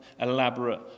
elaborate